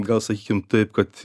gal sakykim taip kad